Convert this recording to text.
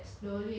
oh